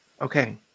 Okay